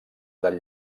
del